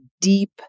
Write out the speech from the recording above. deep